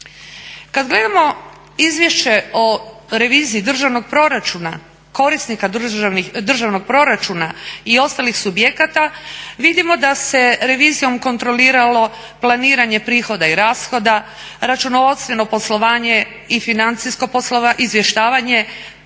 Kad gledamo izvješće o reviziji državnog proračuna, korisnika državnog proračuna i ostalih subjekata, vidimo da se revizijom kontroliralo planiranje prihoda i rashoda, računovodstveno poslovanje i financijsko izvještavanje,